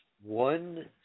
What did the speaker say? one